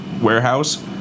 warehouse